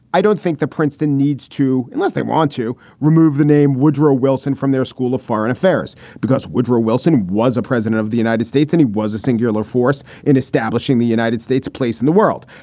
i don't think the princeton needs to unless they want to remove the name woodrow wilson from their school of foreign affairs, because woodrow wilson was a president of the united states and he was a singular force in establishing the united states place in the world.